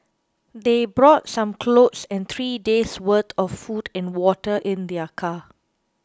they brought some clothes and three days' worth of food and water in their car